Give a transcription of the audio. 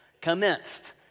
commenced